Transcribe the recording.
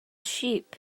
sheep